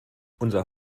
unser